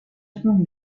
خون